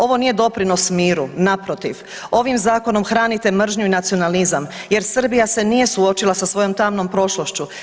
Ovo nije doprinos miru, naprotiv ovim zakonom hranite mržnju i nacionalizam jer Srbija se nije suočila sa svojom tamnom prošlošću.